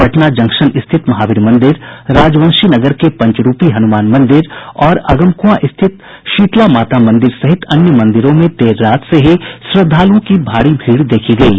Patna junction स्थित महावीर मंदिर राजवंशी नगर के पंचरूपी हनुमान मंदिर और अगमकुआं स्थित शीतला माता मंदिर सहित अन्य मंदिरों में देर रात से ही श्रद्धालुओं की भारी भीड़ देखी गयी